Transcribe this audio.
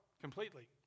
completely